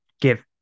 give